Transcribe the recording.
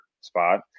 spot